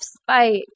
spite